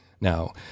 Now